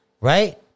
right